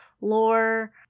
lore